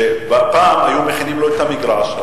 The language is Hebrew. פעם היו מכינים לו את המגרש,